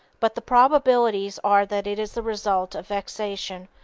but the probabilities are that it is the result of vexation,